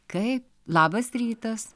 kai labas rytas